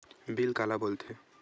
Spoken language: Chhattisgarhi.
बिल काला बोल थे?